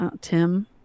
Tim